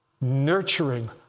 nurturing